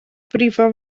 brifo